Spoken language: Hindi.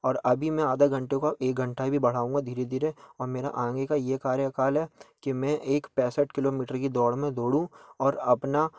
और अभी मैं आधे घंटे का एक घंटा भी बढ़ाऊंगा धीरे धीरे और मेरा आगे का यह कार्यकाल है कि मैं एक पैसठ किलोमीटर की दौड़ में दौड़ूँ और अपना